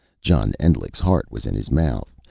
john endlich's heart was in his mouth,